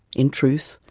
in truth,